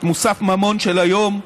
את מוסף ממון של היום,